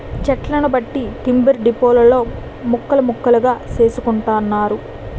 చెట్లను బట్టి టింబర్ డిపోలలో ముక్కలు ముక్కలుగా చేసుకుంటున్నారు